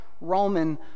roman